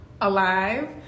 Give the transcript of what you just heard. alive